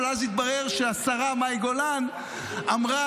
אבל אז התברר שהשרה מאי גולן אמרה